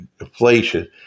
inflation